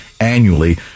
annually